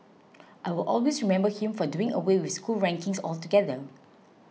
I will always remember him for doing away with school rankings altogether